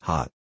Hot